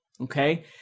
okay